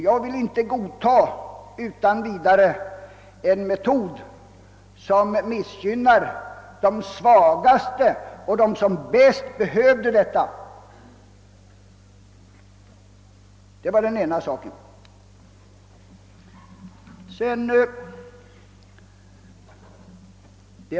Jag vill inte utan vidare godtaga en metod som missgynnar de svagaste och dem som bäst behöver stöd.